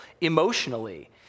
emotionally